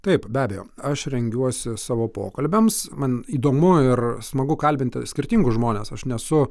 taip be abejo aš rengiuosi savo pokalbiams man įdomu ir smagu kalbinti skirtingus žmones aš nesu